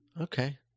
Okay